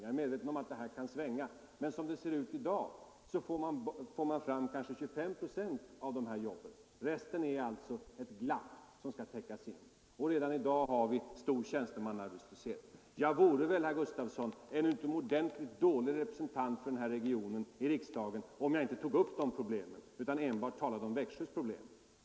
Jag är medveten om att detta kan svänga, men som det ser ut i dag får man kanske fram 25 procent av de här jobben, resten är ett glapp som skall täckas, och redan nu har vi stor tjänstemannaarbetslöshet. Jag vore väl, herr Gustavsson, en utomordentligt dålig representant i riksdagen för den här regionen om jag inte tog upp dessa problem utan enbart talade om Växjös problem.